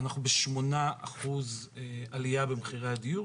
אנחנו השנה ב-8% עלייה במחירי הדיור.